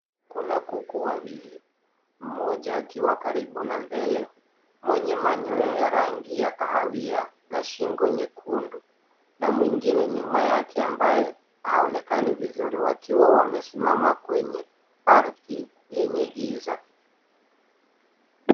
Kuna kuku wawili. Mmoja akiwa karibu na mbele, mwenye manyoya ya rangi ya kahawia na shingo nyekundu na mwingine nyuma yake ambaye haonekani vizuri wakiwa wamesimama kwenye ardhi yenye giza.